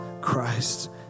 Christ